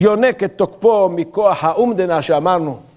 יונק את תוקפו מכוח האומדנה שאמרנו